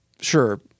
sure